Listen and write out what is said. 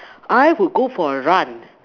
I would go for a run